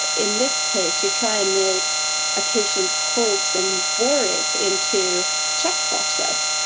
in this case, you try and make a patient's hopes and boris into checkboxes.